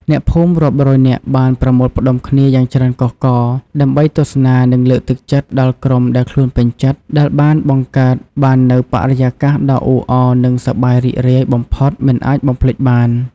អ្នកភូមិរាប់រយនាក់បានប្រមូលផ្តុំគ្នាយ៉ាងច្រើនកុះករដើម្បីទស្សនា និងលើកទឹកចិត្តដល់ក្រុមដែលខ្លួនពេញចិត្ត ដែលបានបង្កើតបាននូវបរិយាកាសដ៏អ៊ូអរនិងសប្បាយរីករាយបំផុតមិនអាចបំភ្លេចបាន។